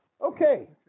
Okay